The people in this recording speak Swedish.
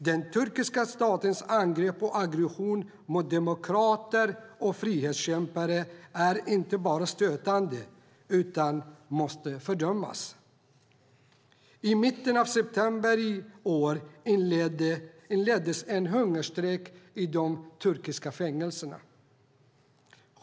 Den turkiska statens angrepp och aggression mot demokrater och frihetskämpar är inte bara stötande utan måste fördömas. I mitten av september i år inleddes en hungerstrejk i de turkiska fängelserna.